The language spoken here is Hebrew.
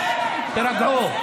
תירגעו.